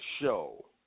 show